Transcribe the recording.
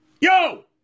yo